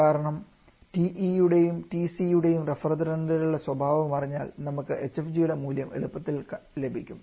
കാരണം TE യും TC യും റഫ്രിജറന്റുകളുടെ സ്വഭാവവും അറിഞ്ഞാൽ നമുക്ക് hfg യുടെ മൂല്യം എളുപ്പത്തിൽ ലഭിക്കും